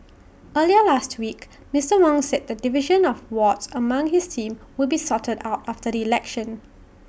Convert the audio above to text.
earlier last week Mister Wong said the division of wards among his team will be sorted out after the election